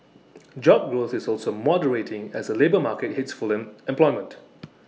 job growth is also moderating as the labour market hits fulling employment